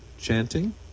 chanting